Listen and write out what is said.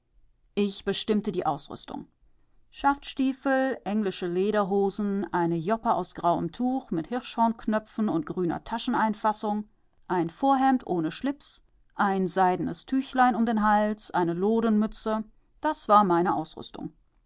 ich bestimmte die ausrüstung schaftstiefel englische lederhosen eine joppe aus grauem tuch mit hirschhornknöpfen und grüner tascheneinfassung ein vorhemd ohne schlips ein seidenes tüchlein um den hals eine lodenmütze das war meine ausrüstung